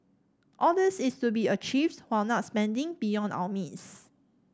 all this is to be achieved while not spending beyond our means